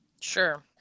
Sure